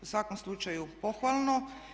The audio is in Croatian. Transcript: U svakom slučaju pohvalno.